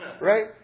Right